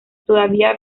todavía